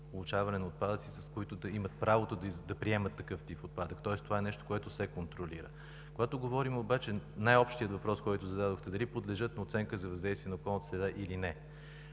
получаване на отпадъците, които имат право да приемат такъв тип отпадък. Тоест това е нещо, което се контролира. Когато говорим обаче за най-общия въпрос, който зададохте – дали подлежат на оценка за въздействие на околната среда или не,